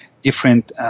different